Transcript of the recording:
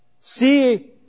See